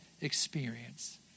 experience